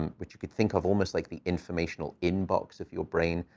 um which you could think of almost like the informational inbox of your brain,